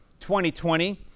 2020